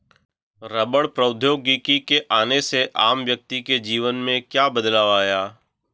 रबड़ प्रौद्योगिकी के आने से आम व्यक्ति के जीवन में क्या बदलाव आया?